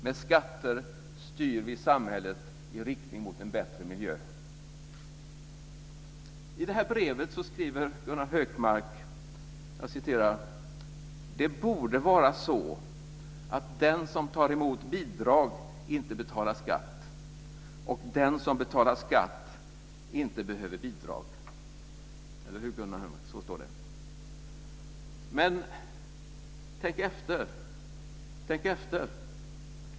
Med skatter styr vi samhället i riktning mot en bättre miljö. I det här brevet skriver Gunnar Hökmark följande: "Det borde vara så att den som tar emot bidrag inte betalar skatt och att den som betalar skatt inte behöver bidrag." Tänk efter!